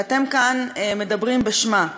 שאתם כאן מדברים בשמה?